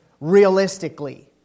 Realistically